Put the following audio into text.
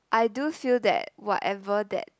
I do feel that whatever that